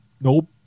Nope